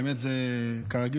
האמת שזה כרגיל,